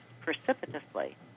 precipitously